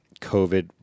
COVID